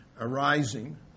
arising